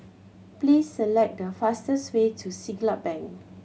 please select the fastest way to Siglap Bank